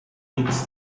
reeds